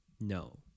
No